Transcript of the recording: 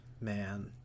Man